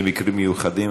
במקרים מיוחדים,